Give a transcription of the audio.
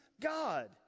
God